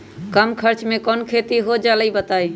कम खर्च म कौन खेती हो जलई बताई?